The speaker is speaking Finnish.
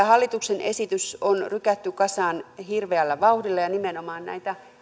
hallituksen esitys on rykätty kasaan hirveällä vauhdilla ja nimenomaan näinä